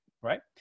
Right